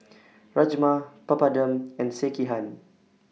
Rajma Papadum and Sekihan